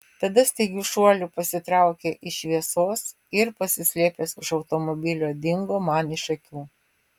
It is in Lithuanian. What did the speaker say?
tada staigiu šuoliu pasitraukė iš šviesos ir pasislėpęs už automobilio dingo man iš akių